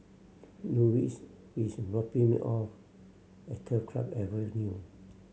Lexis is dropping me off at Turf Club Avenue